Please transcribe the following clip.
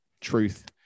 truth